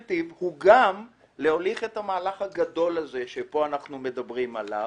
התמריץ זה גם להוליך את המהלך הגדול שאנחנו מדברים עליו